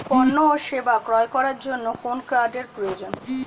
পণ্য ও সেবা ক্রয় করার জন্য কোন কার্ডের প্রয়োজন?